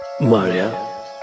Maria